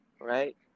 right